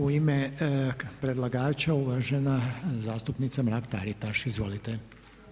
U ime predlagača uvažena zastupnica Mrak-Taritaš, izvolite.